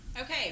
Okay